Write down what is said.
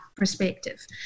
perspective